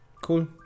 cool